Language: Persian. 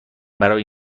برای